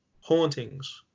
hauntings